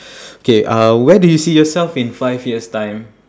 K uh where do you see yourself in five years time